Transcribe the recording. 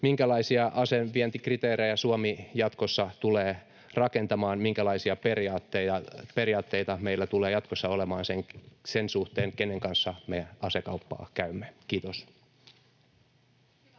minkälaisia asevientikriteerejä Suomi jatkossa tulee rakentamaan, minkälaisia periaatteita meillä tulee jatkossa olemaan sen suhteen, kenen kanssa me asekauppaa käymme? — Kiitos.